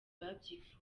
babyifuje